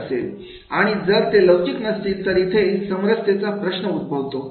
आणि जर ते लवचिक नसतील तर इथे समरसतेचा प्रश्न उद्भवतो